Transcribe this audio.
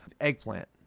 Eggplant